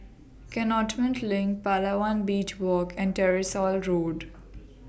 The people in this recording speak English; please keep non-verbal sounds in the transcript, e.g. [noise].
[unintelligible] LINK Palawan Beach Walk and Tyersall Road